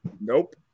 Nope